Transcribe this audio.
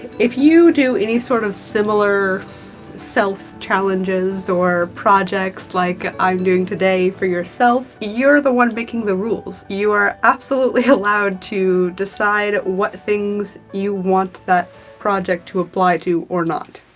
if you do any sort of similar self-challenges or projects like i'm doing today for yourself, you're the one making the rules. you are absolutely allowed to decide what things you want that project to apply to or not.